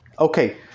Okay